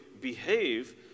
behave